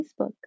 Facebook